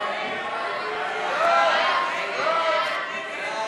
סעיף 78, פיתוח תיירות,